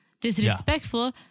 disrespectful